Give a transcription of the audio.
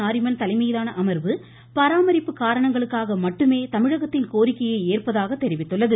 நாரிமன் தலைமையிலான அமர்வு பராமரிப்பு காரணங்களுக்காக மட்டுமே தமிழகத்தின் கோரிக்கையை ஏற்பதாக தெரிவித்துள்ளது